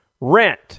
rent